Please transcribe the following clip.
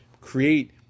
create